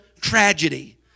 tragedy